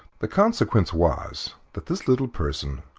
the consequence was that this little person,